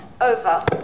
Over